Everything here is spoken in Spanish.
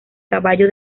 caballo